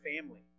family